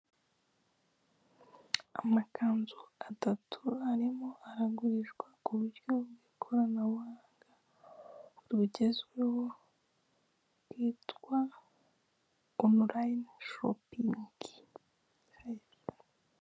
Amakanzu atatu arimo aragurishwa k'uburyo bw'ikoranabuhanga bugenzweho bwitwa onorayine shopingi.